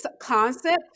concept